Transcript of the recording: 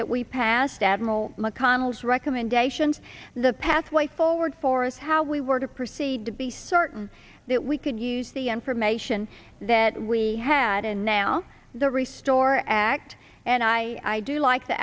that we passed admiral mcconnell's recommendations the pathway forward for us how we were to proceed to be certain that we could use the information that we had and now the resource act and i do like the